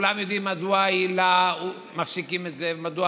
כולם יודעים מדוע מפסיקים את היל"ה ומדוע